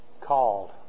called